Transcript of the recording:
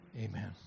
Amen